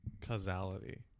causality